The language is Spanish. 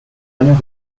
años